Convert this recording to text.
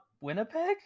winnipeg